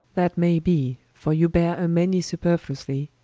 that may be, for you beare a many superfluously,